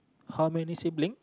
how many sibling